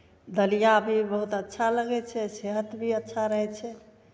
दलिया भी बहुत अच्छा लगै छै सेहत भी अच्छा रहै छै